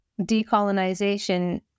decolonization